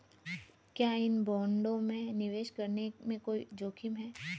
क्या इन बॉन्डों में निवेश करने में कोई जोखिम है?